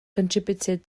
contributed